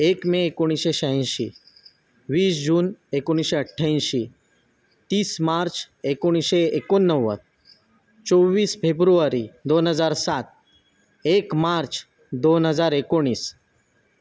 एक मे एकोणीसशे शहाऐंशी वीस जून एकोणीसशे अठ्ठ्याऐंशी तीस मार्च एकोणीसशे एकोणनव्वद चोवीस फेबुरवारी दोन हजार सात एक मार्च दोन हजार एकोणीस